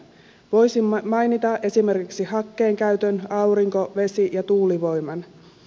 voisin mainita esimerkiksi hakkeen käytön aurinko vesi ja tuulivoiman